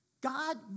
God